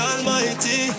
Almighty